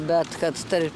bet kad tarp